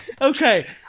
okay